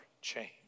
change